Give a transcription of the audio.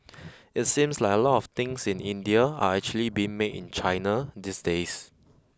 it seems like a lot of things in India are actually being made in China these days